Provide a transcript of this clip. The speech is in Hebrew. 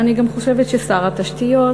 אני גם חושבת ששר התשתיות,